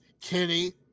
Kenny